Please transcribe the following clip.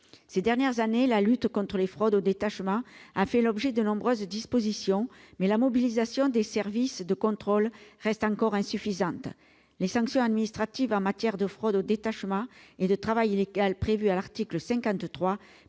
Ces dernières années, la lutte contre les fraudes au détachement a fait l'objet de nombreuses dispositions, mais la mobilisation des services de contrôle reste encore insuffisante. Les sanctions administratives en matière de fraude au détachement et de travail illégal prévues à l'article 53